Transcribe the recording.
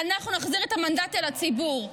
אנחנו נחזיר את המנדט אל הציבור?